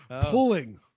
pulling